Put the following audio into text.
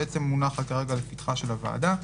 מונחת לפתחה של הוועדה.